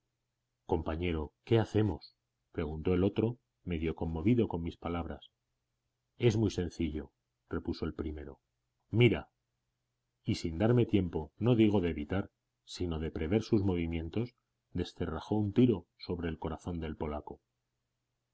compañero qué hacemos preguntó el otro medio conmovido con mis palabras es muy sencillo repuso el primero mira y sin darme tiempo no digo de evitar sino de prever sus movimientos descerrajó un tiro sobre el corazón del polaco